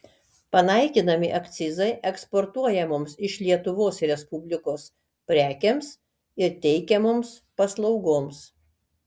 panaikinami akcizai eksportuojamoms iš lietuvos respublikos prekėms ir teikiamoms paslaugoms